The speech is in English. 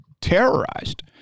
terrorized